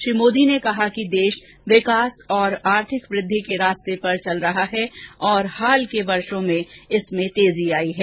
श्री मोदी ने कहा कि देश विकास और आर्थिक वृद्धि के रास्ते पर चल रहा है और हाल के वर्षों में इसमें तेजी आई है